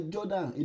Jordan